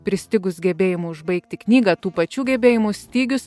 pristigus gebėjimų užbaigti knygą tų pačių gebėjimų stygius